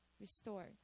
restored